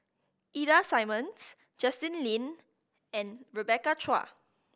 Ida Simmons Justin Lean and Rebecca Chua